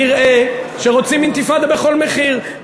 נראה שרוצים אינתיפאדה בכל מחיר,